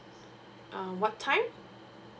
um what time